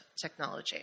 technology